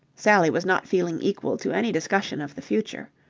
sally was not feeling equal to any discussion of the future.